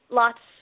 lots